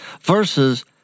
versus